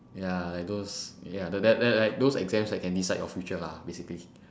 ya like those ya that that that those exams can decide your future lah basically